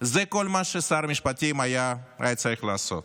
זה כל מה ששר המשפטים היה צריך לעשות.